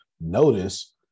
Notice